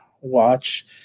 watch